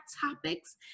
topics